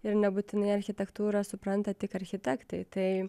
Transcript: ir nebūtinai architektūrą supranta tik architektai tai